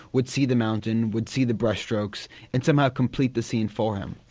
would see the mountain, would see the brush strokes and somehow complete the scene for him.